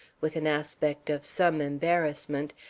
with an aspect of some embarrassment,